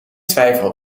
twijfel